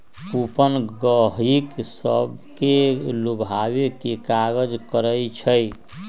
coupon गहकि सभके लोभावे के काज करइ छइ